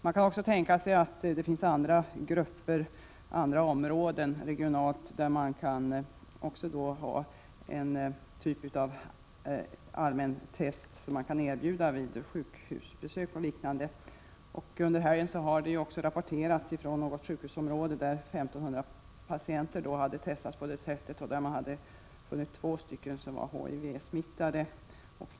Man kan också tänka sig att inom vissa grupper eller områden — alltså regionalt — ha en typ av allmänna tester som kan erbjudas vid sjukhusbesök och liknande. Nu i helgen har det ju rapporterats att det bland 1 500 patienter som testats på detta sätt i ett visst sjukhusområde fanns två stycken som var HIV-smittade.